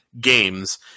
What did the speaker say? games